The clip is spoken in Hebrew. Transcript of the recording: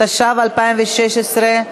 התשע"ו 2016,